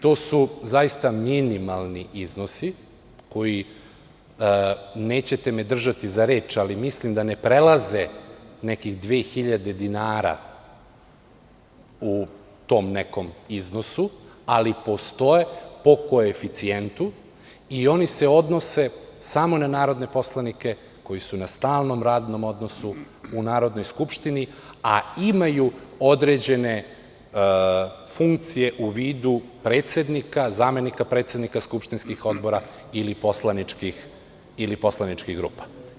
To su zaista minimalni iznosi koji, nećete me držati za reč, ali mislim da ne prelaze nekih 2.000 dinara, u tom nekom iznosu, ali postoje po koeficijentu i oni se odnose samo na narodne poslanike koji su na stalnom radnom odnosu u Narodnoj skupštini, a imaju određene funkcije u vidu predsednika, zamenika predsednika skupštinskih odbora ili poslaničkih grupa.